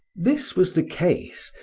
this was the case,